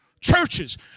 Churches